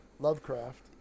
Lovecraft